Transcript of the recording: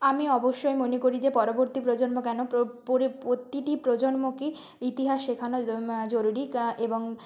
আমি অবশ্যই মনে করি যে পরবর্তী প্রজন্ম কেন প্রতিটি প্রজন্মকেই ইতিহাস শেখানো জরুরি এবং